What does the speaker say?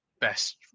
best